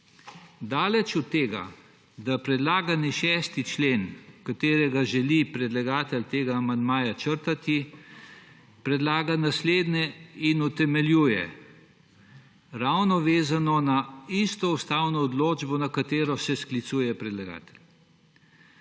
Daleč od tega, da predlagani 6. člen, ki ga želi predlagatelj tega amandmaja črtati, predlaga naslednje in utemeljuje ravno vezano na isto ustavno odločbo, na katero se sklicuje predlagatelj.